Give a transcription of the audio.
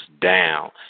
down